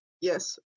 yes